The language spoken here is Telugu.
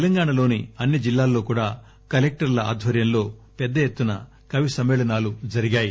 తెలంగాణలోని అన్ని జిల్లాల్లో కూడా కలెక్టర్ణ ఆద్వర్యంలో పెద్ద ఎత్తున కవి సమ్మే ళనాలు జరిగాయి